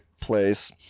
place